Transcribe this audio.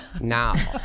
Now